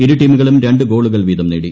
ഇരു ടീമുകളും രണ്ട് ഗോളുകൾ വീതം നേടി